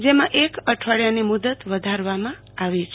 જેમાં એક અઠવાડીયાની મદત વધારાવામાં આવી છે